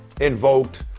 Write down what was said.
invoked